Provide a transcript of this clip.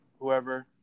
whoever